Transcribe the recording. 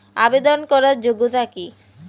আবেদন করার যোগ্যতা কি?